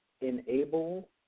enable